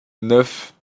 neuf